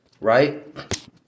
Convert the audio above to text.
Right